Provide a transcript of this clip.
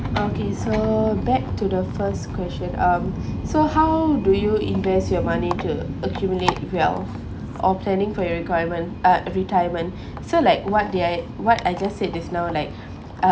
okay so back to the first question um so how do you invest your money to accumulate wealth or planning for your requirement ah retirement so like what did I what I just said just now like uh